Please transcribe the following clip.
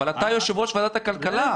אבל אתה יושב-ראש ועדת הכלכלה.